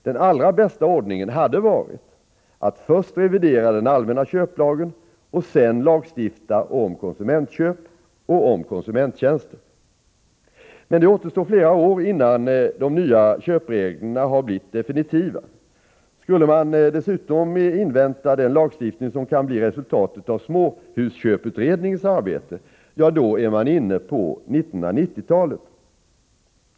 Den allra bästa ordningen hade varit att först revidera den allmänna köplagen och sedan lagstifta om konsumentköp och konsumenttjänster. Men det återstår flera år innan de nya köpreglerna har blivit definitiva. Skulle man dessutom invänta den lagstiftning som kan bli resultatet av småhusköpsutredningens arbete är man inne på 1990-talet.